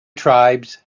tribes